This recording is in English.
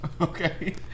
Okay